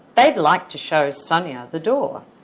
they'd like to show sonia the door.